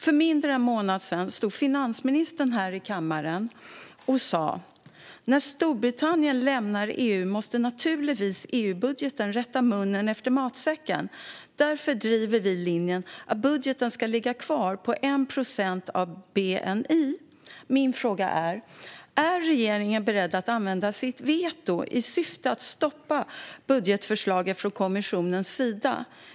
För mindre än en månad sedan stod finansministern här i kammaren och sa: "När Storbritannien lämnar EU måste naturligtvis EU-budgeten rätta munnen efter matsäcken. Därför driver vi linjen att budgeten ska ligga kvar på 1 procent av bni." Min fråga är: Är regeringen beredd att använda sitt veto i syfte att stoppa budgetförslaget från kommissionen?